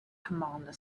commander